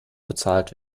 bezahlt